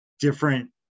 different